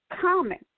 common